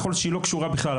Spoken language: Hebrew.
יכול שהיא לא קשורה בכלל,